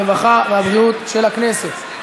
הרווחה והבריאות של הכנסת.